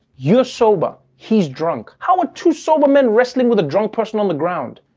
your shobha, he's drunk. how ah to solve a man wrestling with a drunk person on the ground.